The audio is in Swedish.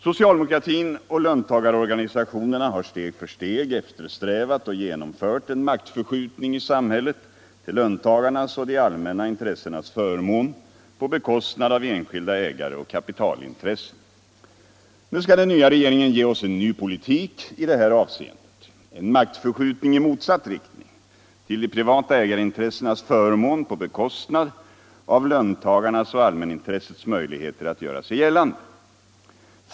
Socialdemokratin och löntagarorganisationerna har steg för steg eftersträvat och genomfört en maktförskjutning i samhället till löntagarnas och de allmänna intressenas förmån på bekostnad av enskilda ägare och kapitalintressen. | Nu skall den nya regeringen ge oss en ny politik i detta avseende, en maktförskjutning i motsatt riktning till de privata ägarintressenas förmån på bekostnad av löntagarnas och allmänintressets möjligheter att göra sig gällande.